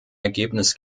ergebnis